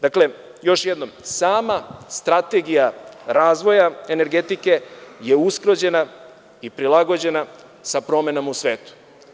Dakle, još jednom, sama Strategija razvoja energetike je usklađena iprilagođena sa promenama u svetu.